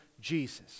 Jesus